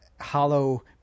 hollow